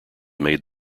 made